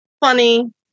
funny